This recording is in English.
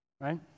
Right